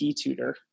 tutor